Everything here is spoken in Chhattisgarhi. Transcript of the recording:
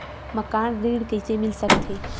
मकान ऋण कइसे मिल सकथे?